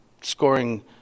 scoring